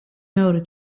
მეორე